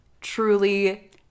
Truly